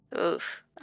Oof